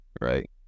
right